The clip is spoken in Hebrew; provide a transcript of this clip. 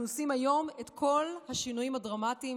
עושים היום את כל השינויים הדרמטיים